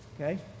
Okay